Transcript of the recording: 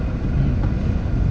mm